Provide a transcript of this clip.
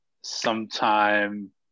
sometime